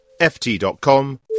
ft.com